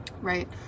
right